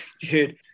dude